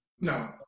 No